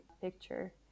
picture